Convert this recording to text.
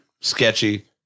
Sketchy